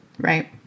right